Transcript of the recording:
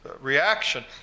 reaction